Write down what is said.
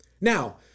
Now